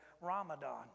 Ramadan